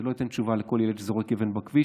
זה לא ייתן תשובה לכל ילד שזורק אבן בכביש,